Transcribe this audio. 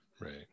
Right